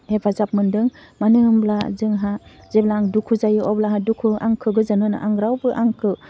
हेफाजाब मोनदों मानो होमब्ला जोंहा जेब्ला आं दुखु जायो अब्ला दुखु आंखौ गोजोन होनो आं रावबो आंखौ